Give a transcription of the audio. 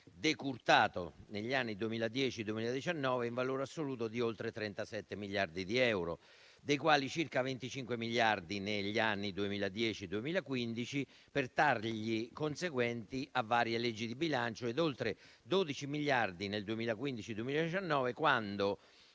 decurtato, negli anni 2010-2019 in valore assoluto, di oltre 37 miliardi di euro, dei quali circa 25 miliardi nel 2010-2015 per tagli conseguenti a varie leggi di bilancio ed oltre 12 miliardi nel 2015-2019, quando